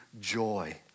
joy